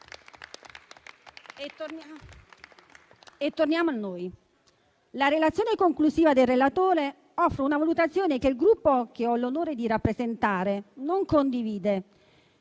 Torniamo a noi. La relazione conclusiva del relatore offre una valutazione che il Gruppo che ho l'onore di rappresentare non condivide.